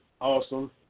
awesome